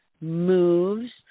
moves